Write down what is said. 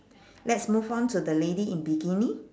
let's move on to the lady in bikini